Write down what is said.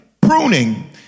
pruning